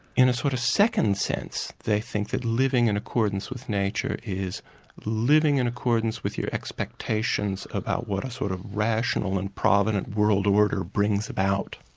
in a sort of second sense, they think that living in accordance with nature is living in accordance with your expectations about what a sort of rational and provident world order brings about.